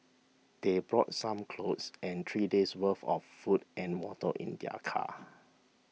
they brought some clothes and three days' worth of food and water in their car